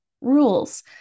rules